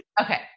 Okay